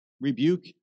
rebuke